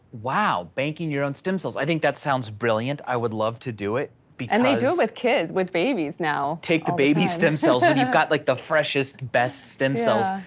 wow, banking your own stem cells. think that sounds brilliant, i would love to do it and they do with kids, with babies now. take the baby stem cells, and you've got like the freshest best stem cells.